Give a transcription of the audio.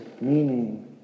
meaning